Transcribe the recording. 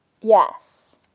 Yes